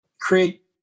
create